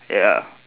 ya